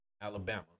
Alabama